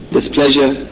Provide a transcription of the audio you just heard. displeasure